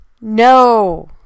No